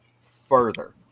further